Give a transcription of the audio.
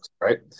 right